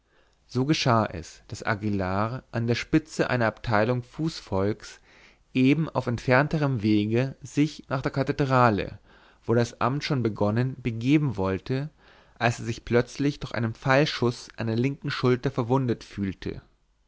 so geschah es daß aguillar an der spitze einer abteilung fußvolks eben auf entfernterem wege sich nach der kathedrale wo das amt schon begonnen begeben wollte als er sich plötzlich durch einen pfeilschuß an der linken schulter verwundet fühlte